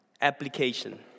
Application